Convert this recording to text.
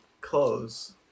clothes